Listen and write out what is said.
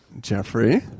Jeffrey